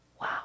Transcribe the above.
Wow